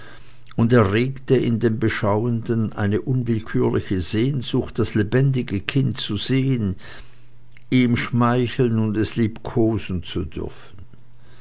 und erregte in dem beschauenden eine unwillkürliche sehnsucht das lebendige kind zu sehen ihm schmeicheln und es liebkosen zu dürfen